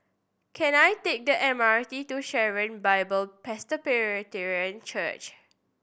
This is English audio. can I take the M R T to Sharon Bible Presbyterian Church